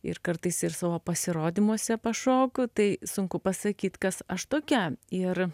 ir kartais ir savo pasirodymuose pašoku tai sunku pasakyt kas aš tokia ir